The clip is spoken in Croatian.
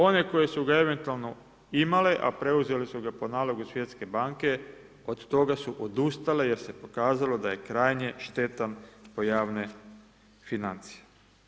One koje su ga eventualno imale, a preuzele su ga po nalogu Svjetske banke, od toga su odustale, jer se pokazalo da je krajnje štetan po javne financije.